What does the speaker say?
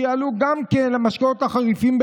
שיעלו גם במשקאות החריפים,